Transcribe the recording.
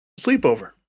sleepover